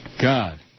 God